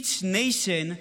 each nation,